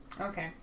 Okay